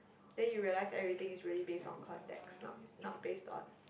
then your realise everything is really based on context not not based on